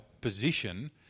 position